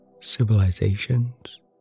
civilizations